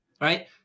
right